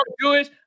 Jewish